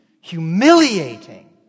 humiliating